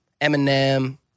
Eminem